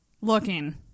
looking